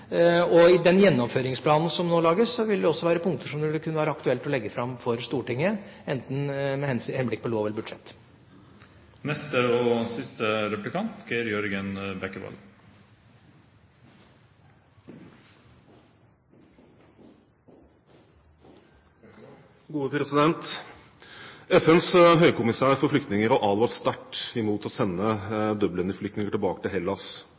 I den gjennomføringsplanen som nå lages, vil det også være punkter som det vil kunne være aktuelt å legge fram for Stortinget, med henblikk på enten lov eller budsjett. FNs høykommissær for flyktninger har advart sterkt mot å sende Dublin-flyktninger tilbake til Hellas, og argumentene kjenner vi jo. Hellas er ikke i stand med sitt asylinstitutt til